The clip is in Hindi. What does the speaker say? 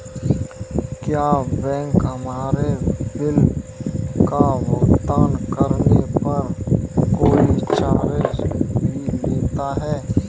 क्या बैंक हमसे बिल का भुगतान करने पर कोई चार्ज भी लेता है?